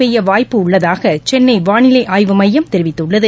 பெய்ய வாய்ப்பு உள்ளதாக சென்னை வாளிலை ஆய்வு மையம் தெரிவித்துள்ளது